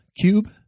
cube